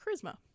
charisma